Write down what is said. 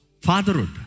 fatherhood